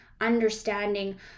understanding